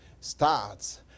starts